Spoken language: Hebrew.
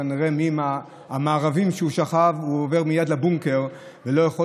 כנראה מהמארבים שהוא שכב הוא עובר מייד לבונקר ולא יכול